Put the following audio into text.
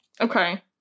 Okay